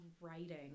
writing